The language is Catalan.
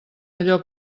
allò